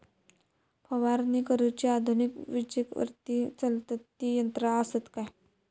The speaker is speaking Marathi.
फवारणी करुची आधुनिक विजेवरती चलतत ती यंत्रा आसत काय?